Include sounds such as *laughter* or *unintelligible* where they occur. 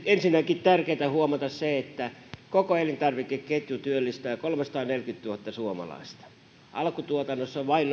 ensinnäkin tärkeätä huomata se että koko elintarvikeketju työllistää kolmesataaneljäkymmentätuhatta suomalaista alkutuotannossa on vain *unintelligible*